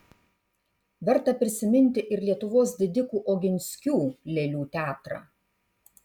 verta prisiminti ir lietuvos didikų oginskių lėlių teatrą